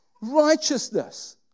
Righteousness